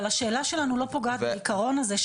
אבל השאלה שלנו אינה פוגעת בעיקרון הזה,